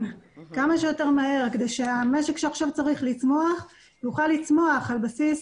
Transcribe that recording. כמה שיותר מהר כדי שהמשק שעכשיו צריך לצמוח יוכל לצמוח על בסיס